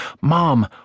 Mom